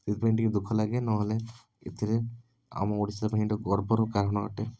ସେଇଥିପାଇଁ ଟିକିଏ ଦୁଃଖ ଲାଗେ ନହେଲେ ଏଥିରେ ଆମ ଓଡ଼ିଶା ପାଇଁ ଗୋଟେ ଗର୍ବର କାରଣ ଅଟେ